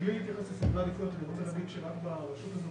מבלי להתייחס לסדרי העדיפויות אני רוצה להגיד שרק ברשות הזאת